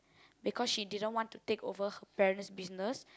because she didn't want to take over her parents business